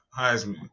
Heisman